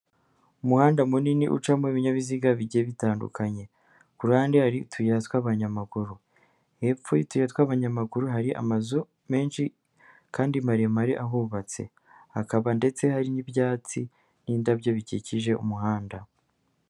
Umuhanda munini ucamo ibinyabiziga bijye bitandukanye ku ruhande hari utuyiya tw'abanyamaguru, hepfo y'utuyira tw'abanyamaguru hari amazu menshi kandi maremare ahubatse hakaba ndetse hari n'ibyatsi n'indabyo bikikije umuhanda.